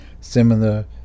similar